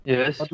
Yes